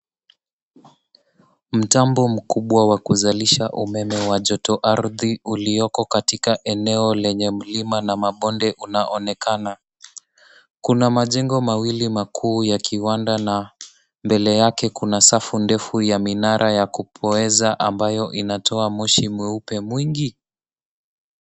Mtambo mkubwa wa kuzalisha umeme wa joto ardhi ulioko katika eneo lenye mlima na mabonde unaonekana. Kuna majengo mawili makuu ya kiwanda na mbele yake kuna safu ndefu ya minara ya kupoeza ambayo inatoa moshi mweupe mwingi.